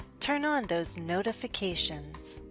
turn on those notifications.